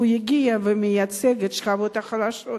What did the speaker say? הגיע ושהוא מייצג את השכבות החלשות.